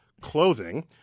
clothing